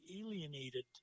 alienated